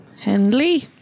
Henley